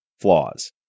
flaws